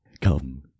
come